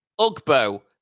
Ugbo